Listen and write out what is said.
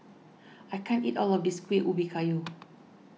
I can't eat all of this Kueh Ubi Kayu